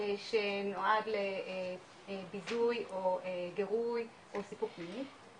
שנועד ביזוי או גירוי או סיפוק מיני,